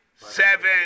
Seven